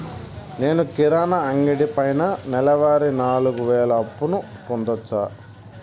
నేను కిరాణా అంగడి పైన నెలవారి నాలుగు వేలు అప్పును పొందొచ్చా?